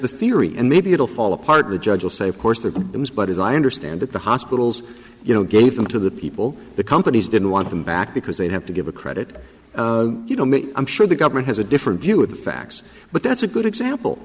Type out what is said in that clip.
the theory and maybe it'll fall apart the judge will say of course there was but as i understand it the hospitals you know gave them to the people the companies didn't want them back because they have to give a credit you know i'm sure the government has a different view of the facts but that's a good example